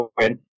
win